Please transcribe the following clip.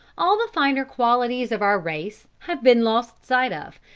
all the finer qualities of our race have been lost sight of,